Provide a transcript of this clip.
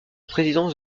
présidence